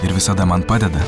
ir visada man padeda